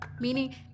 Meaning